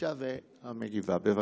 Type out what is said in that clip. מגישה ומגיבה, בבקשה.